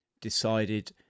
decided